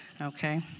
Okay